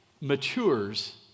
matures